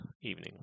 evening